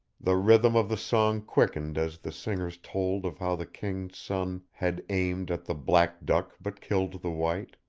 the rhythm of the song quickened as the singers told of how the king's son had aimed at the black duck but killed the white.